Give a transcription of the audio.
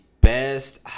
best